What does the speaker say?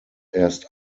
erst